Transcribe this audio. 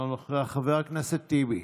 אינו נוכח, חבר הכנסת טיבי,